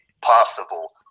possible